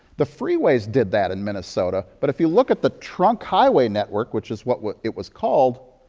the freeways did that in minnesota, but if you look at the trunk highway network, which is what what it was called,